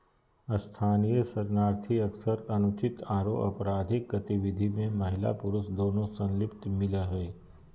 स्थानीय शरणार्थी अक्सर अनुचित आरो अपराधिक गतिविधि में महिला पुरुष दोनों संलिप्त मिल हई